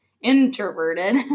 introverted